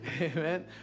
Amen